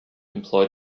employ